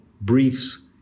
briefs